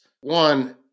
One